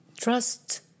trust